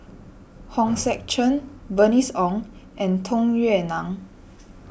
Hong Sek Chern Bernice Ong and Tung Yue Nang